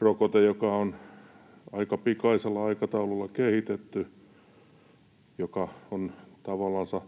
Rokote on aika pikaisella aikataululla kehitetty ja on tavallansa